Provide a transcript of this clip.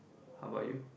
how about you